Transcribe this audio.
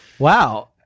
Wow